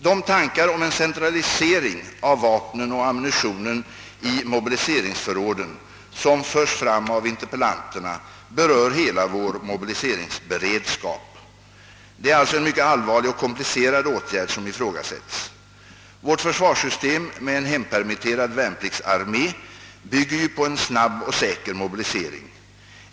De tankar om en centralisering av vapnen och ammunitionen i mobiliseringsförråden som förs fram av interpellanterna berör hela vår mobiliseringsberedskap. Det är alltså en mycket allvarlig och komplicerad åtgärd som ifrågasätts. Vårt försvarssystem med en hempermitterad värnpliktsarmé bygger ju på en snabb och säker mobilisering.